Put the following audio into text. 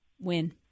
win